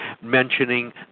mentioning